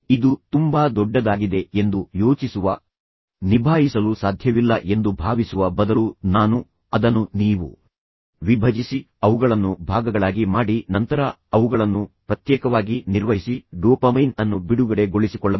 ಇದು ತುಂಬಾ ದೊಡ್ಡದಾಗಿದೆ ಎಂದು ಯೋಚಿಸುವ ನಿಭಾಯಿಸಲು ಸಾಧ್ಯವಿಲ್ಲ ಎಂದು ಭಾವಿಸುವ ಬದಲು ನಾನು ಅದನ್ನು ನೀವು ವಿಭಜಿಸಿ ಅವುಗಳನ್ನು ಭಾಗಗಳಾಗಿ ಮಾಡಿ ನಂತರ ಅವುಗಳನ್ನು ಪ್ರತ್ಯೇಕವಾಗಿ ನಿರ್ವಹಿಸಿ ಡೋಪಮೈನ್ ಅನ್ನು ಬಿಡುಗಡೆ ಗೊಳಿಸಿಕೊಳ್ಳಬಹುದು